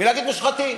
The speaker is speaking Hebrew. ולהגיד "מושחתים".